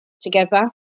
together